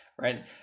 right